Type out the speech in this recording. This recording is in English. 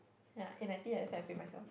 ya eight ninety ah that's why I pay myself